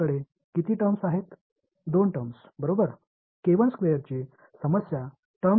எனவே 2 D சிக்கல் நாம் முழு மேற்பரப்பையும் ஒருங்கிணைப்பு செய்து உள்ளோம்